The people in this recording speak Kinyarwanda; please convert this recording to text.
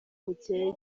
bukeye